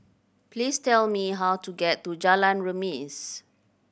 please tell me how to get to Jalan Remis